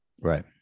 Right